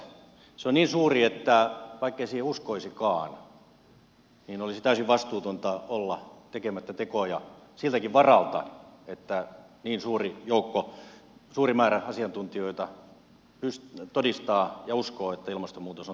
se on niin suuri että vaikkei siihen uskoisikaan niin olisi täysin vastuutonta olla tekemättä tekoja siltäkin varalta että niin suuri määrä asiantuntijoita todistaa ja uskoo että ilmastonmuutos on totta